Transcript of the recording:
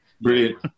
Brilliant